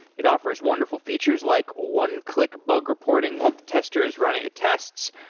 it offers wonderful features like one click bug reporting while the tester is running the tests,